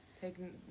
Taking